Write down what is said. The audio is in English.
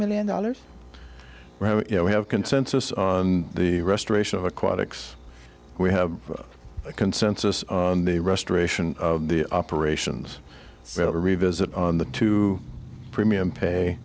million dollars we have consensus on the restoration of aquatics we have a consensus on the restoration of the operations so to revisit on the two premium pay